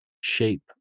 shape